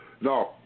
no